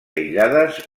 aïllades